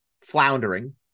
floundering